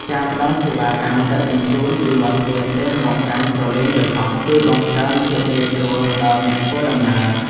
ការផ្តល់សេវាកម្មដឹកជញ្ជូនពីមាត់ទ្វារផ្ទះមកកាន់ព្រលានយន្តហោះជួយបង្កើនភាពងាយស្រួលដល់អ្នកធ្វើដំណើរ។